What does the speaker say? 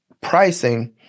pricing